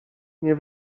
nie